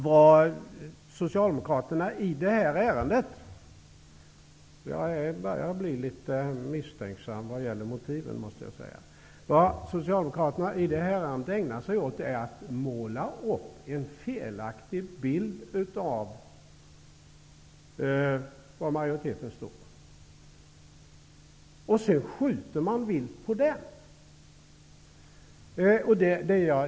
Vad Socialdemokraterna i det här ärendet ägnar sig åt -- jag börjar bli litet misstänksam vad gäller motiven, måste jag säga -- är att måla upp en felaktig bild av var majoriteten står. Och sedan skjuter de vilt på den!